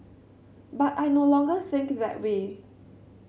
but I no longer think that way